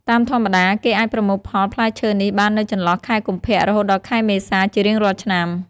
តាមធម្មតា គេអាចប្រមូលផលផ្លែឈើនេះបាននៅចន្លោះខែកុម្ភៈ រហូតដល់ខែមេសា ជារៀងរាល់ឆ្នាំ។